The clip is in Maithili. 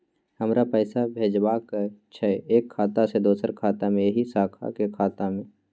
हमरा पैसा भेजबाक छै एक खाता से दोसर खाता मे एहि शाखा के खाता मे?